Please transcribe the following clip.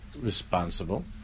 responsible